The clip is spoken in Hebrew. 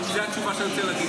זו התשובה שאני רוצה להגיד.